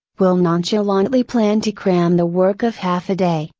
will nonchalantly plan to cram the work of half a day,